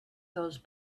those